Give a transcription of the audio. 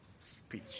speech